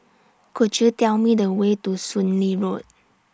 Could YOU Tell Me The Way to Soon Lee Road